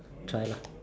try lah